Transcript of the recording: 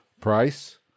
Price